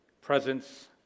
presence